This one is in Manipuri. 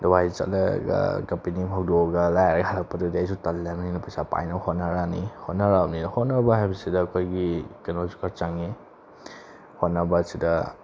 ꯗꯨꯕꯥꯏ ꯆꯠꯂꯒ ꯀꯝꯄꯅꯤ ꯑꯃ ꯍꯧꯗꯣꯛꯑꯒ ꯂꯥꯏꯔꯔꯒ ꯍꯜꯂꯛꯄꯗꯨꯗꯤ ꯑꯩꯁꯨ ꯇꯜꯂꯕꯅꯤꯅ ꯄꯩꯁꯥ ꯄꯥꯏꯅꯕ ꯍꯣꯠꯅꯔꯛꯑꯅꯤ ꯍꯣꯠꯅꯔꯛꯑꯕꯅꯤꯅ ꯍꯣꯠꯅꯕ ꯍꯥꯏꯕꯁꯤꯗ ꯑꯩꯈꯣꯏꯒꯤ ꯀꯩꯅꯣꯁꯨ ꯈꯔ ꯆꯪꯉꯤ ꯍꯣꯠꯅꯕ ꯑꯁꯤꯗ